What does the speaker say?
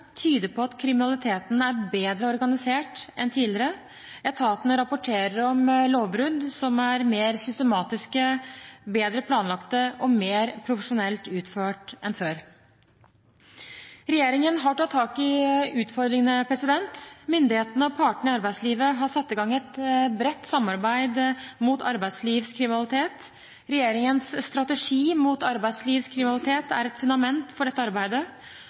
tyder på at kriminaliteten er bedre organisert enn tidligere. Etatene rapporterer om lovbrudd som er mer systematiske, bedre planlagt og mer profesjonelt utført enn før. Regjeringen har tatt tak i utfordringene. Myndighetene og partene i arbeidslivet har satt i gang et bredt samarbeid mot arbeidslivskriminalitet. Regjeringens strategi mot arbeidslivskriminalitet er et fundament for dette arbeidet,